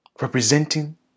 Representing